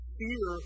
fear